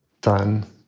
done